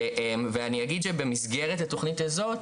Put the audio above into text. אני אגיד שבמסגרת התכנית הזו,